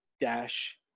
Dash